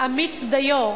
אמיץ דיו,